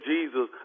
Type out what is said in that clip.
Jesus